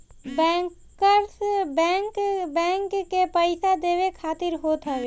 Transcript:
bankers bank, bank के पईसा देवे खातिर होत हवे